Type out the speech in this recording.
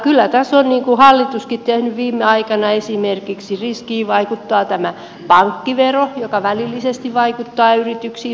kyllä tässä on hallituskin tehnyt viime aikana esimerkiksi riskiin vaikuttaa tämä pankkivero joka välillisesti vaikuttaa yrityksiin